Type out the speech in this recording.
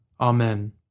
Amen